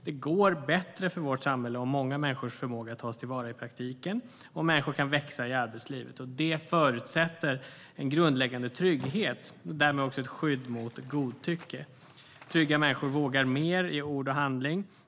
Det går bättre för vårt samhälle om många människors förmåga tas till vara i praktiken och om människor kan växa i arbetslivet. Det förutsätter en grundläggande trygghet och därmed också ett skydd mot godtycke. Trygga människor vågar mer i ord och handling.